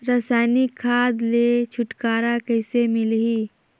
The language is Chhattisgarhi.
रसायनिक खाद ले छुटकारा कइसे मिलही?